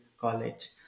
college